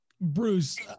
Bruce